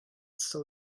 still